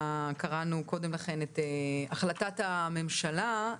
קראנו קודם לכן את החלטת הממשלה,